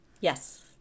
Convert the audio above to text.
Yes